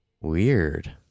Weird